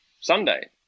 Sunday